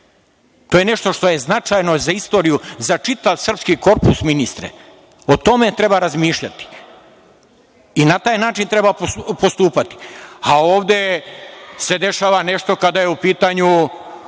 je nešto što je značajno za istoriju, za čitav srpski korpus, ministre. O tome treba razmišljati i na taj način treba postupati, a ovde se dešava nešto kada su u pitanju